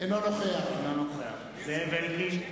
אינו נוכח זאב אלקין,